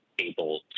able